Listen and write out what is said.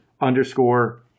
underscore